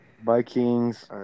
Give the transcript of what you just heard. Vikings